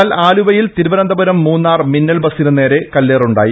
എന്നാൽ ആലുവയിൽ തിരുവന്തപുരം മൂന്നാർ മിന്നൽ ബസ്സിനു നേരെ കല്ലേറു ണ്ടായി